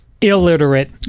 illiterate